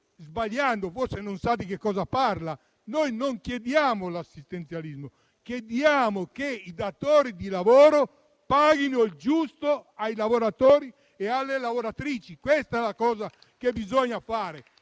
che forse non sa di cosa parla. Non chiediamo assistenzialismo, ma chiediamo che i datori di lavoro paghino il giusto ai lavoratori e alle lavoratrici. Questa è la cosa che bisogna fare.